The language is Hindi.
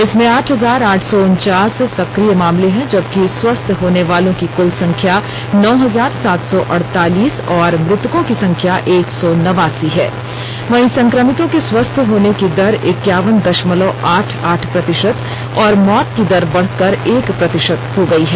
इसमें आठ हजार आठ सौ उनचास सक्रिय मामले हैं जबकि स्वस्थ होनेवालों की क्ल संख्या नौ हजार सौ सौ अड़तालीस और मृतकों की संख्या एक सौ नवासी है वहीं संक्रमितों के स्वस्थ होने की दर इक्यावन दशमलव आठ आठ प्रतिशत और मौत की दर बढ़कर एक प्रतिशत हो गई है